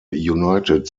united